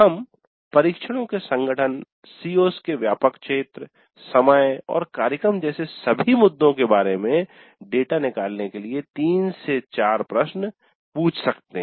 हम परीक्षणों के संगठन सीओ CO's के व्यापक क्षेत्र समय और कार्यक्रम जैसे सभी मुद्दों के बारे में डेटा निकालने के लिए 3 4 प्रश्न पूछ सकते हैं